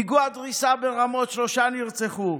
פיגוע דריסה ברמות ושלושה נרצחו,